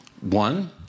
one